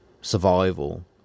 survival